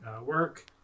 work